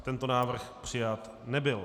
Tento návrh přijat nebyl.